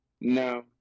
No